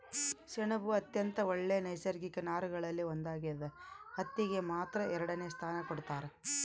ಸೆಣಬು ಅತ್ಯಂತ ಒಳ್ಳೆ ನೈಸರ್ಗಿಕ ನಾರುಗಳಲ್ಲಿ ಒಂದಾಗ್ಯದ ಹತ್ತಿಗೆ ಮಾತ್ರ ಎರಡನೆ ಸ್ಥಾನ ಕೊಡ್ತಾರ